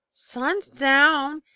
sun's down,